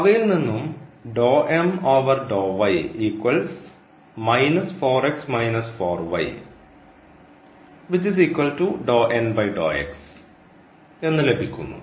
അവയിൽനിന്നും എന്ന് ലഭിക്കുന്നു